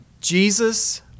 Jesus